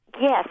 Yes